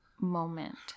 moment